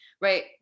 Right